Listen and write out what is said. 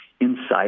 inside